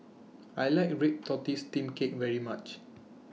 I like Red Tortoise Steamed Cake very much